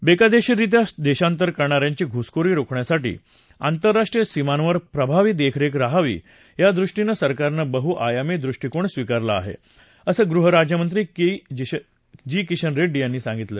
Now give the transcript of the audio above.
बेकायदेशीररित्या देशांतर करणा यांची घुसखोरी रोखण्यासाठी आंतरराष्ट्रीय सीमांवर प्रभावी देखरेख रहावी यादृष्टीनं सरकारनं बहआयामी दृष्टीकोन स्वीकारला आहे असं गृह राज्यमंत्री जी किशन रेड्डी यांनी सांगितलं